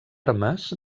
armes